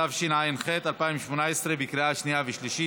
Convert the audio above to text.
התשע"ח 2018, לקריאה שנייה ושלישית.